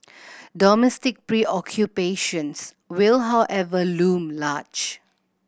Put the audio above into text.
domestic preoccupations will however loom large